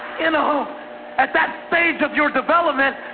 and um at that stage of your development,